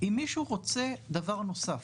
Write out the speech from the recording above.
אם מישהו רוצה דבר נוסף,